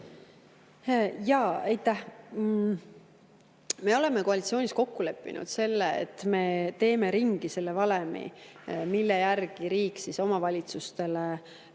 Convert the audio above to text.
Me oleme koalitsioonis kokku leppinud selle, et me teeme ringi valemi, mille järgi riik omavalitsustele